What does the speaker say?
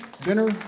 dinner